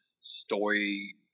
story